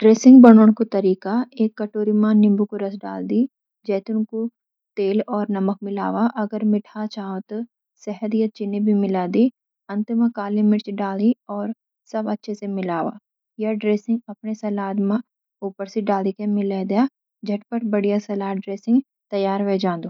सलाद बणौण को तरीका: एक कटोरी मा नींबू को रस डालि दि। जैतून को तेल और नमक मिलावा। अगर मीठास चाहौं त शहद या चीनी भी मिला दी। अंत मा काली मिर्च डालि और सब अच्छे स मिलावा। या ड्रेसिंग अपने सलाद मा ऊपर स डलि के मिला दा। झटपट बढ़िया सलाद ड्रेसिंग तैयार वे जांदू।